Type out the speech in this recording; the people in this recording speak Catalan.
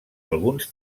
alguns